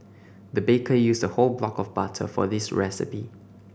the baker used a whole block of butter for this recipe